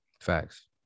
facts